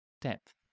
depth